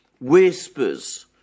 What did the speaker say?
whispers